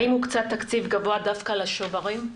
האם הוקצה תקציב גבוה דווקא לשוברים?